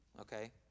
okay